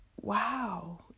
wow